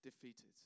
defeated